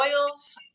oils